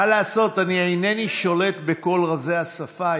מה לעשות, אינני שולט בכל רזי השפה.